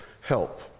help